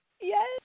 Yes